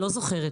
לא זוכרת.